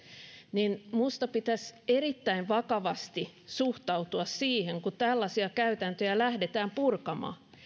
niin minusta pitäisi erittäin vakavasti suhtautua siihen että tällaisia käytäntöjä lähdetään purkamaan